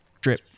drip